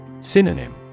Synonym